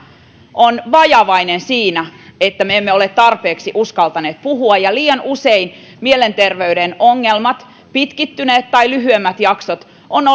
on vajavainen siinä että me emme ole tarpeeksi uskaltaneet puhua ja liian usein mielenterveydenongelmat pitkittyneet tai lyhyemmät jaksot ovat